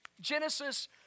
Genesis